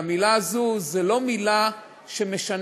והמילה הזאת היא לא מילה שמשנה,